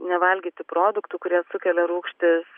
nevalgyti produktų kurie sukelia rūgštis